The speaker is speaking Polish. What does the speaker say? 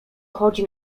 chodzi